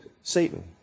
Satan